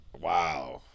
wow